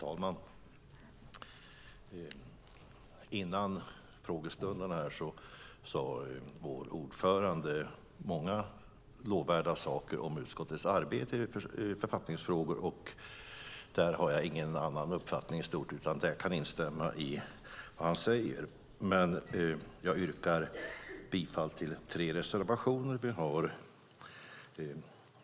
Herr talman! Före frågestunden sade vår ordförande många lovvärda saker om utskottets arbete i författningsfrågor. Där har jag ingen annan uppfattning i stort utan kan instämma i det han säger. Men jag yrkar bifall till tre reservationer som vi har avgett.